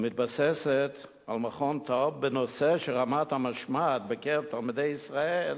המתבססת על נתוני מרכז טאוב בנושא רמת המשמעת בקרב תלמידי ישראל,